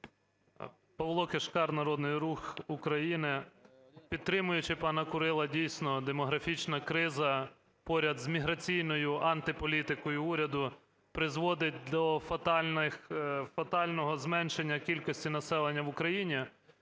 Павло Кишкар "Народний Рух України". Підтримуючи пана Курила, дійсно, демографічна криза поряд з міграційною антиполітикою уряду призводить до фатального зменшення кількості населення в Україні,